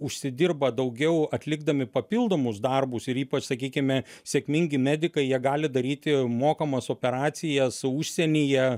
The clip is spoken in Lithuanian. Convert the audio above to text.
užsidirba daugiau atlikdami papildomus darbus ir ypač sakykime sėkmingi medikai jie gali daryti mokamas operacijas užsienyje